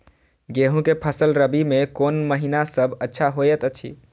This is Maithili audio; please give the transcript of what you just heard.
गेहूँ के फसल रबि मे कोन महिना सब अच्छा होयत अछि?